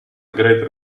great